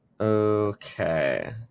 Okay